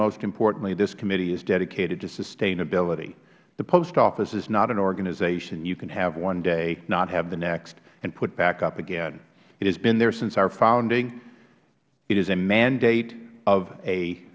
most importantly this committee is dedicated to sustainability the post office is not an organization you can have one day not have the next and put back up again it has been there since our founding it is a mandate of